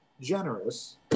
generous